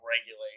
regulate